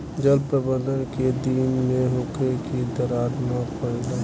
जल प्रबंधन केय दिन में होखे कि दरार न परेला?